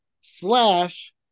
slash